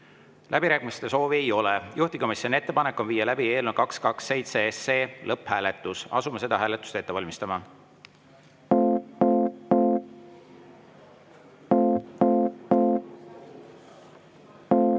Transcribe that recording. Läbirääkimiste soovi ei ole. Juhtivkomisjoni ettepanek on viia läbi eelnõu 227 lõpphääletus. Asume seda hääletust ette valmistama.